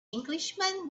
englishman